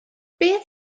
beth